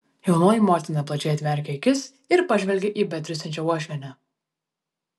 jaunoji motina plačiai atmerkė akis ir pažvelgė į betriūsiančią uošvienę